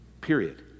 Period